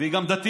והיא גם דתייה,